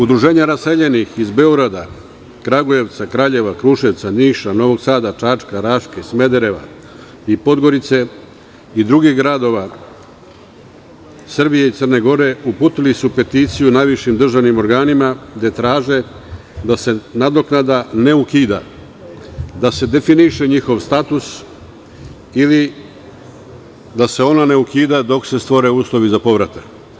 Udruženja raseljenih iz Beograda, Kragujevca, Kraljeva, Kruševca, Niša, Novog Sada, Čačka, Raške, Smedereva, Podgorice i drugih gradova Srbije i Crne Gore uputila su peticiju najvišim državnim organima, gde traže da se nadoknada ne ukida, da se definiše njihov status ili da se ona ne ukida dok se ne stvore uslovi za povratak.